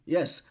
Yes